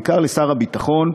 בעיקר לשר הביטחון,